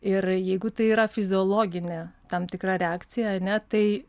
ir jeigu tai yra fiziologinė tam tikra reakcija ar ne tai